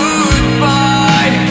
Goodbye